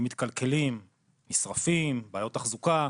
הם מתקלקלים, נשרפים, בעיות תחזוקה.